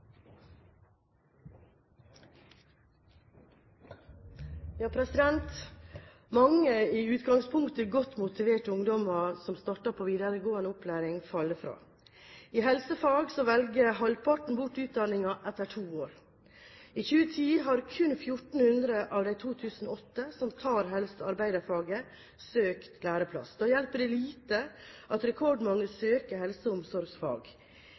i utgangspunktet godt motiverte ungdommer som starter på videregående opplæring, faller fra. I helsefag velger halvparten bort utdanningen etter to år. I 2010 har kun 1 400 av de 2 800 som tar helsearbeiderfaget, søkt læreplass. Da hjelper det lite at rekordmange søker helse- og omsorgsfag.